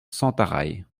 sentaraille